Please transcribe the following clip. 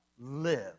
Live